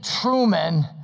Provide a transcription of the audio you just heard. Truman